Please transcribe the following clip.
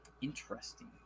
Interesting